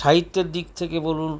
সাহিত্যের দিক থেকে বলুন